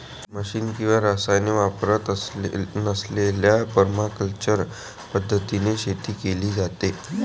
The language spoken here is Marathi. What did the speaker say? मशिन किंवा रसायने वापरत नसलेल्या परमाकल्चर पद्धतीने शेती केली जाते